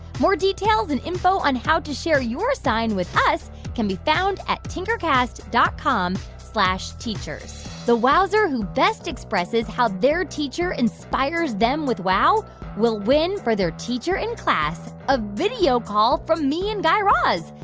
more details and info on how to share your sign with us can be found at tinkercast dot com slash teachers. the wowzer who best expresses how their teacher inspires them with wow will win for their teacher in class a video call from me and guy raz.